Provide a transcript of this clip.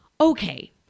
Okay